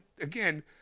again